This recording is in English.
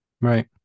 Right